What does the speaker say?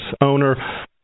owner